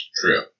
True